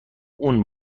اون